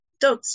dogs